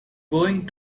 going